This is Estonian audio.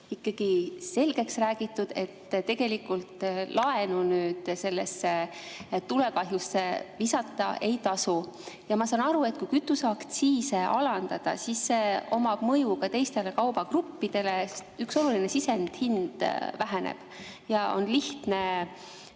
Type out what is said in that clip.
ikkagi selgeks räägitud, et tegelikult laenu tulekahjusse visata ei tasu. Ma saan aru, et kui kütuseaktsiise alandada, siis sel on mõju ka teistele kaubagruppidele, sest üks oluline sisendhind väheneb ja seda on lihtne